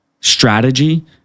strategy